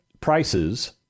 Prices